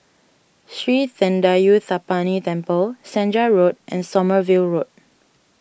Sri thendayuthapani Temple Senja Road and Sommerville Road